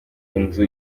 inzu